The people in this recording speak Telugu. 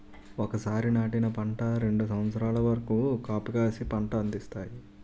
ఒకసారి నాటిన పంట రెండు సంవత్సరాల వరకు కాపుకాసి పంట అందిస్తాయి